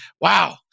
Wow